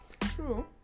True